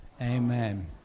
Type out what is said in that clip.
Amen